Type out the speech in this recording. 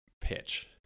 pitch